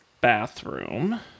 bathroom